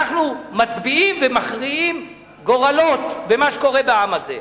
אנחנו מצביעים ומכריעים גורלות במה שקורה בעם הזה.